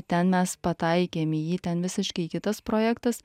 ten mes pataikėm į jį ten visiškai kitas projektas